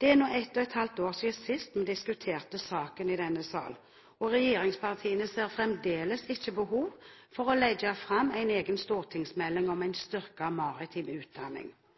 Det er nå et og et halvt år siden sist vi diskuterte saken i denne sal, og regjeringspartiene ser fremdeles ikke behov for å legge fram en egen stortingsmelding om en styrket maritim utdanning.